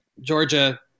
Georgia